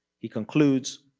he concludes,